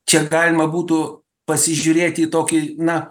čia galima būtų pasižiūrėti į tokį na